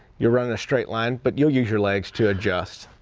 you're running a straight line, but you'll use your legs to adjust.